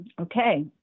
Okay